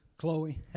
Chloe